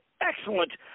excellent